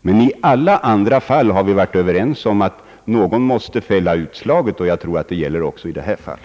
Men i alla andra fall har vi varit överens om att någon måste fälla utslaget. Jag anser att detta måste gälla även i dessa frågor.